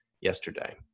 yesterday